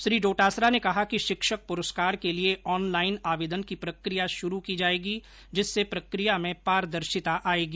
श्री डोटासरा ने कहा कि शिक्षक पुरस्कार के लिए ऑनलाइन आवेदन की प्रक्रिया शुरू की जाएगी जिससे प्रक्रिया में पारदर्शिता आएगी